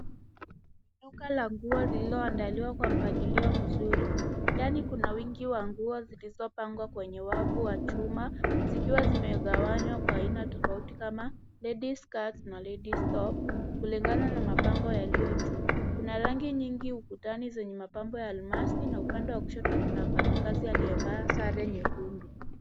Duka la nguo lililoandaliwa kwa mpangilio mzuri, ndani kuna wingi wa nguo zilizopangwa kwenye wavu wachuma zikiwa zimekawanywa kwa aina tafauti kama ladies skirts na ladies tops kulingana na mabango yalio juu kuna rangi nyingi ukutani zenye mapambo ya almasi na upande wa kushoto kuna wafanyi kazi aliyevaa sare nyekundu.